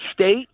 state